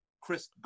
Chris